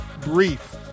Brief